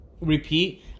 repeat